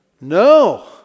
No